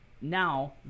Now